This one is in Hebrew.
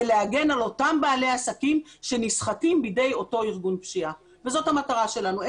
להגן על אותם בעלי עסקים שנסחטים בידי אותו ארגון פשיעה וזאת המטרה שלנו.